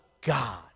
God